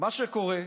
מה שקורה זה